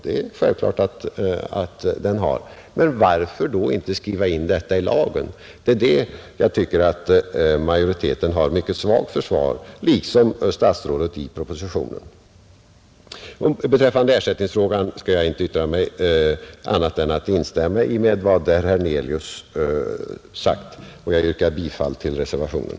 Det har den givetvis, men varför då inte skriva in detta i lagen? Det är för denna sin inställning som jag tycker att majoriteten liksom statsrådet i propositionen har ett mycket svagt försvar. Beträffande ersättningsfrågan skall jag inte yttra mig annat än genom att instämma i vad herr Hernelius har sagt. Jag yrkar bifall till reservationen.